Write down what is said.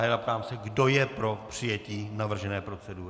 A ptám se, kdo je pro přijetí navržené procedury.